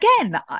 again